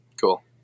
cool